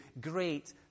great